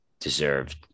deserved